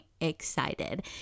excited